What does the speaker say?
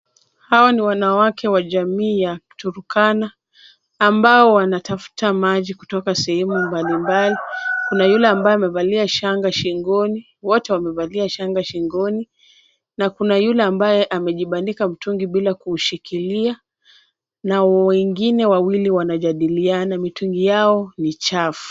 Hao ni wanawake wa jamii ya Turkana ambao wanatafuta maji kutoka sehemu mbalimbali, kuna yule ambaye amevalia shanga shingoni, wote wamevalia shanga shingoni na kuna yule ambaye amejibandika mtungi bila kuushikilia na wengine wawili wanajadiliana na mitungi yao ni chafu.